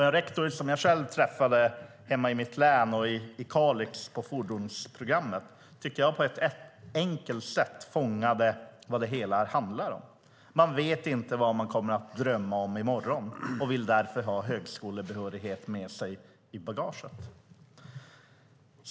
En rektor jag själv träffade på fordonsprogrammet hemma i mitt län, i Kalix, tycker jag på ett enkelt sätt fångade vad det hela handlar om: Man vet inte vad man kommer att drömma om i morgon och vill därför ha högskolebehörighet med sig i bagaget.